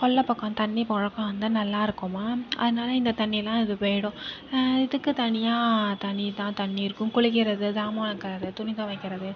கொல்லப் பக்கம் தண்ணி புழக்கம் வந்து நல்லாயிருக்குமாம் அதனால் இந்த தண்ணிலாம் இது போய்விடும் இதுக்கு தனியாக தனி தான் தண்ணி இருக்கும் குளிக்கிறது ஜாமான் வெலக்குறது துணி துவைக்கிறது